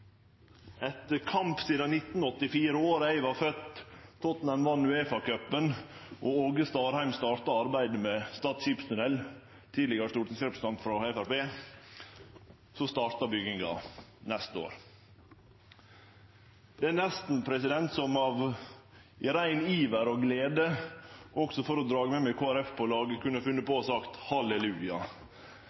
kamp sidan 1984, året eg vart fødd, Tottenham vann UEFA-cupen, og Åge Starheim, tidlegare stortingsrepresentant frå Framstegspartiet, starta arbeidet med det – startar bygginga av Stad skipstunnel neste år. Det er nesten så eg i rein iver og glede, og også for å dra med meg Kristeleg Folkeparti på laget, kunne ha funne på å seie halleluja.